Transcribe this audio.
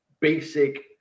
basic